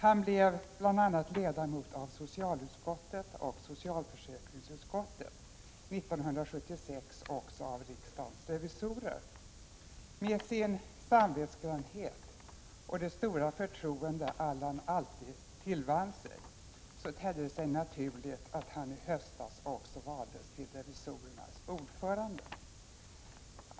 Han blev bl.a. ledamot av socialutskottet och socialförsäkringsutskottet, 1976 också av riksdagens revisorer. Med sin samvetsgrannhet och det stora förtroende Allan alltid tillvann sig tedde det sig naturligt att han i höstas också valdes till revisorernas ordförande.